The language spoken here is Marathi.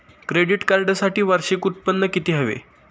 क्रेडिट कार्डसाठी वार्षिक उत्त्पन्न किती हवे?